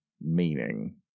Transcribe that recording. meaning